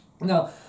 Now